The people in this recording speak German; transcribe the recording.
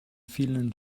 vielen